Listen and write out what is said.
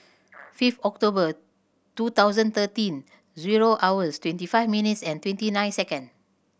five October two thousand thirteen zero hours twenty five minutes and twenty nine second